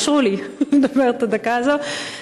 אישרו לי לדבר את הדקה הזאת.